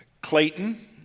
Clayton